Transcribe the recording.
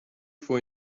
for